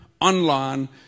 online